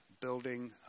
building